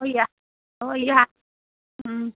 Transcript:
ꯍꯣꯏ ꯌꯥꯏ ꯍꯣꯏ ꯌꯥꯏ ꯎꯝ